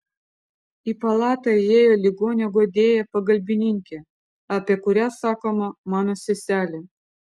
į palatą įėjo ligonio guodėja pagalbininkė apie kurią sakoma mano seselė